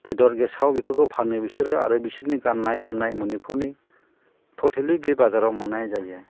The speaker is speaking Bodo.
बेदर गेसाव बेफोरखौ फानो बिसोरो आरो बिसोरनि गाननाय जोमनाय मनिपुरनि टटेलि बे बाजाराव मोननाय जायो